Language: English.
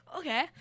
Okay